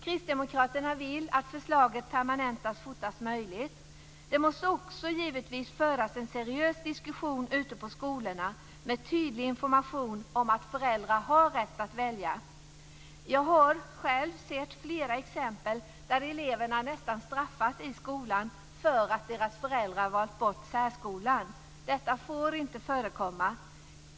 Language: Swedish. Kristdemokraterna vill att förslaget permanentas fortast möjligt. Det måste givetvis också föras en seriös diskussion ute på skolorna, med tydlig information om att föräldrar har rätt att välja. Jag har själv sett flera exempel där eleverna nästan straffas i skolan därför att deras föräldrar har valt bort särskolan. Detta får inte förekomma.